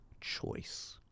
choice